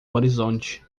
horizonte